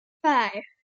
five